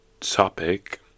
topic